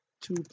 two